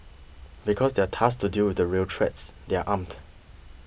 because they are tasked to deal with real threats they are armed